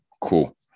cool